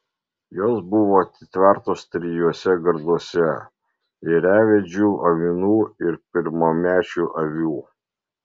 jos buvo atitvertos trijuose garduose ėriavedžių avinų ir pirmamečių avių